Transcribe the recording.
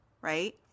right